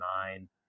nine